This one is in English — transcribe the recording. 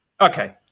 Okay